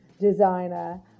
designer